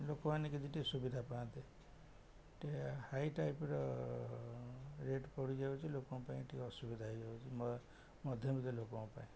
ଲୋକମାନେ କିଛିି ଟିକେ ସୁବିଧା ପାଆନ୍ତେ ଟିକେ ହାଇ ଟାଇପ୍ର ରେଟ୍ ପଡ଼ିଯାଉଛି ଲୋକଙ୍କ ପାଇଁ ଟିକେ ଅସୁବିଧା ହେଇଯାଉଛି ମଧ୍ୟବିତ୍ତ ଲୋକଙ୍କ ପାଇଁ